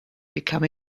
become